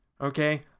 okay